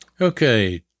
Okay